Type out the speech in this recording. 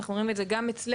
אנחנו רואים את זה גם אצלנו.